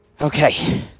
okay